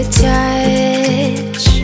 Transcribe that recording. touch